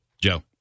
Joe